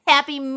Happy